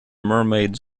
mermaids